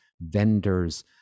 vendors